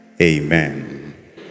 Amen